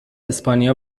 اسپانیا